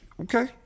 Okay